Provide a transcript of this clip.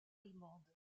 allemande